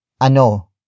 Ano